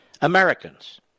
Americans